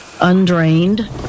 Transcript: undrained